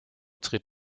tritt